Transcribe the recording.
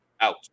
Out